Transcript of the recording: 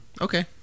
okay